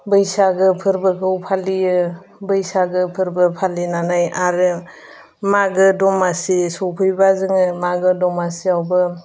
बैसागो फोरबोखौ फालियो बैसागो फोरबो फालिनानै आरो मागो दमासि सफैबा जोङो मागो दमासियावबो